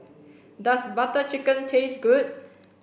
does Butter Chicken taste good